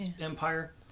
empire